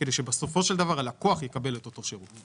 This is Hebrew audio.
כדי שבסופו של דבר הלקוח יקבל את אותו שירות.